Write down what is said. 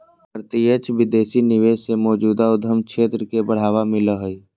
प्रत्यक्ष विदेशी निवेश से मौजूदा उद्यम क्षेत्र के बढ़ावा मिलो हय